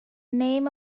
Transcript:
name